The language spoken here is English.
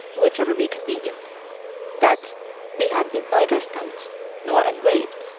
whichever be convenient that they had been neither stamped nor engraved,